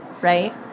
right